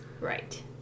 Right